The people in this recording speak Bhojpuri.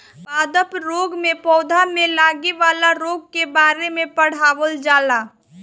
पादप रोग में पौधा में लागे वाला रोग के बारे में पढ़ावल जाला